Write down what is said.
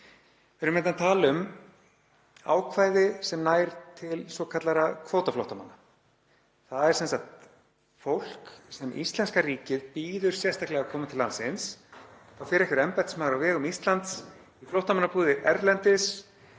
Við erum hérna að tala um ákvæði sem nær til svokallaðra kvótaflóttamanna. Það er sem sagt fólk sem íslenska ríkið býður sérstaklega að koma til landsins. Þá fer einhver embættismaður á vegum Íslands í flóttamannabúðir erlendis,